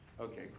Okay